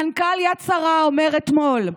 מנכ"ל יד שרה אומר אתמול: